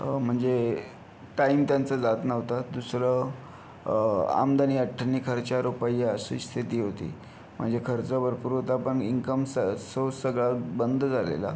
म्हणजे टाइम त्यांचा जात नव्हता दुसरं आमदनी अठ्ठन्नी खर्चा रुपैया अशी स्थिति होती म्हणजे खर्च भरपूर होता पण इन्कम स सोर्स सगळा बंद झालेला